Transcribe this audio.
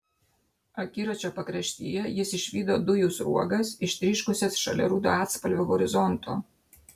akiračio pakraštyje jis išvydo dujų sruogas ištryškusias šalia rudo atspalvio horizonto